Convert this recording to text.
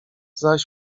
zaś